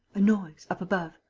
a noise. up above.